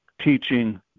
teaching